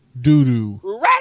doo-doo